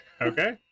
Okay